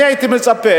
אני הייתי מצפה,